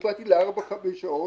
באתי ל-4 5 שעות,